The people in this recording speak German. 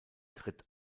tritt